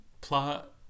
plot